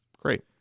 Great